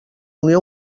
unió